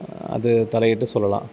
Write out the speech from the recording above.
அது தலையிட்டு சொல்லலாம்